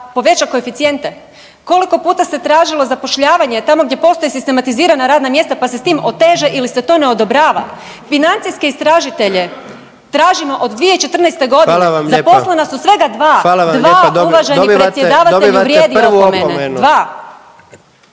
poveća koeficijente, koliko puta se tražilo zapošljavanje tamo gdje postoje sistematizirana radna mjesta pa se s tim oteže ili se to ne odobrava. Financijske istražitelje tražimo od 2014. godine …/Upadica: Hvala vam lijepa./… zaposlena su svega 2, 2 uvaženi predsjedavatelju vrijedi opomene, 2.